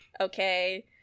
okay